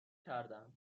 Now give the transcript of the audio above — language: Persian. کردم